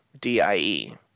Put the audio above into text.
D-I-E